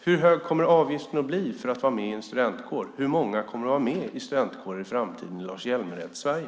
Hur hög kommer avgiften att bli för att vara med i en studentkår? Hur många kommer att vara med i studentkåren i framtiden i Lars Hjälmereds Sverige?